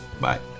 Bye